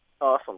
Awesome